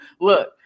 look